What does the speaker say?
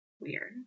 Weird